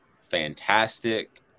fantastic